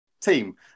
Team